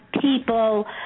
people